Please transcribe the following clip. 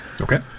Okay